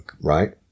Right